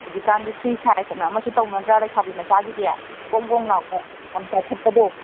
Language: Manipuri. ꯍꯧꯖꯤꯛꯀꯥꯟꯗꯤ ꯐ꯭ꯔꯤ ꯁꯥꯏꯖꯑꯅ ꯑꯃꯁꯨ ꯇꯧꯅꯗ꯭ꯔꯥ ꯂꯩꯁꯥꯕꯤ ꯃꯆꯥꯒꯤꯗꯤ ꯒꯣꯡ ꯒꯣꯡ ꯂꯥꯎꯕ ꯌꯥꯝ ꯆꯈꯠꯄꯗꯣ